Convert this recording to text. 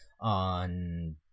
on